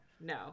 No